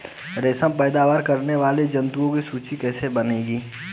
रेशम पैदा करने वाले जंतुओं की सूची कैसे बनेगी?